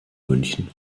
münchen